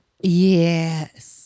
Yes